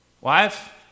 Wife